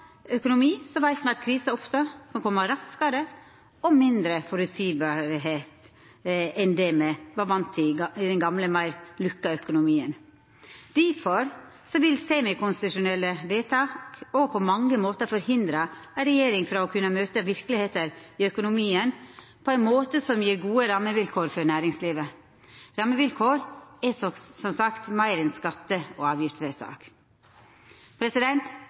økonomi veit me at ei krise ofte kan koma raskare og vera mindre føreseieleg enn det me var vane med i den gamle, meir lukka økonomien. Difor vil semikonstitusjonelle vedtak òg på mange måtar forhindra ei regjering frå å kunna møta verkelegheita i økonomien på ein måte som gjev gode rammevilkår for næringslivet. Rammevilkår er som sagt meir enn skatte- og avgiftsvedtak.